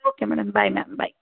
okay madam bye ma'am bye